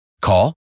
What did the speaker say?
Call